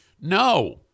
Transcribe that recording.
No